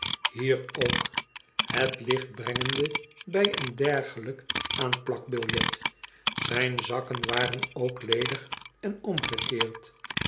hier ook het licht brengende bij een dergelijk aanplakbiljet z ij n zakken waren ook ledig en omgekeerd